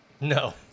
No